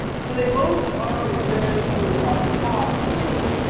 so they both are men who are caught in,